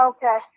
Okay